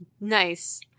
Nice